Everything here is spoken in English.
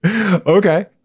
okay